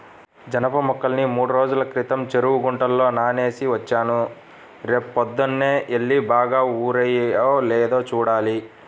జనప మొక్కల్ని మూడ్రోజుల క్రితం చెరువు గుంటలో నానేసి వచ్చాను, రేపొద్దన్నే యెల్లి బాగా ఊరాయో లేదో చూడాలి